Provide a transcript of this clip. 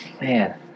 Man